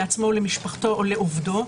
לעצמו או למשפחתו או לעובדו,